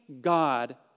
God